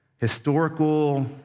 historical